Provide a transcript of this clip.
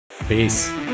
Peace